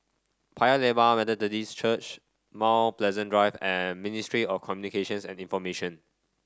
Paya Lebar Methodist Church Mount Pleasant Drive and Ministry of Communications and Information